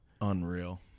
Unreal